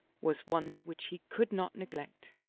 was one which he could not neglect.